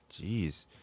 Jeez